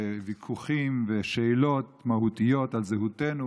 ויכוחים ושאלות מהותיות על זהותנו,